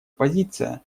позиция